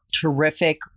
Terrific